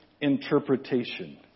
interpretation